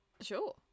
Sure